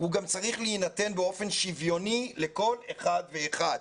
הוא גם צריך להינתן באופן שוויוני לכל אחד ואחד.